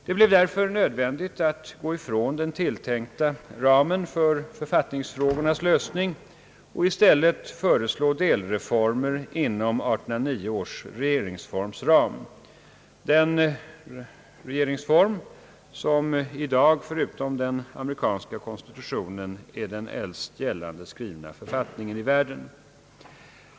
Det blev därför nödvändigt att gå ifrån den tilltänkta ramen för författningsfrågornas lösning och i stället föreslå delreformer inom ramen för 1809 års regeringsform, som i dag förutom den amerikanska konstitutionen är den äldsta gällande skrivna författningen i världen.